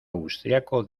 austriaco